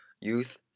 youth